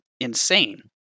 insane